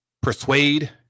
persuade